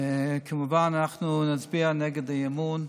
כמובן שאנחנו נצביע נגד האי-אמון.